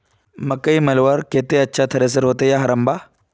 मकई मलवार केते अच्छा थरेसर होचे या हरम्बा?